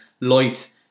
light